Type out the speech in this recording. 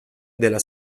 della